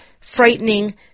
frightening